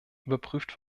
überprüft